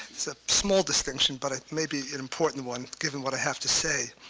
it's a small distinction but it may be an important one given what i have to say.